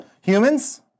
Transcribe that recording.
Humans